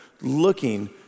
looking